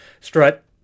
Strut